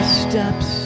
steps